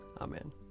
Amen